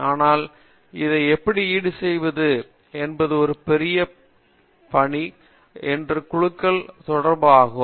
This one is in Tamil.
ஆனால் இதை எப்படி ஈடு செய்வது என்பது ஒரு பெரிய அணி மற்றும் குழு உறுப்பினர்கள் தொடர்பு ஆகும்